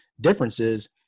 differences